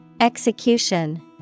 Execution